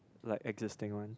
like existing ones